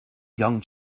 young